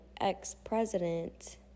ex-president